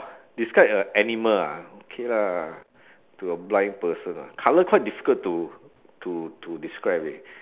describe a animal ah okay lah to a blind person ah colour quite difficult to to to describe eh